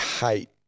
hate